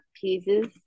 pieces